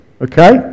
Okay